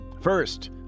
first